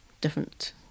different